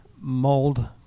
mold